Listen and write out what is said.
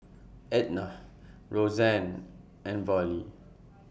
Etna Roseanne and Vollie